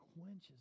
quenches